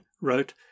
wrote